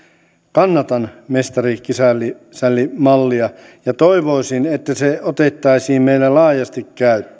kannatan mestari kisälli kisälli mallia ja toivoisin että se otettaisiin meillä laajasti käyttöön